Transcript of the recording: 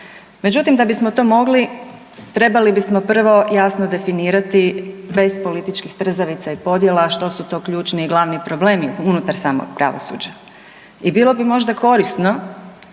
Međutim, da bismo to mogli trebali bismo prvo jasno definirati, bez političkih trzavica i podjela, što su to ključni i glavni problemi unutar samog pravosuđa. I bilo bi možda korisno,